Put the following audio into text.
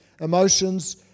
Emotions